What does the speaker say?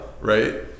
right